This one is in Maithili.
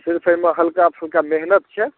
सिर्फ एहिमे हल्का फुल्का मेहनति छै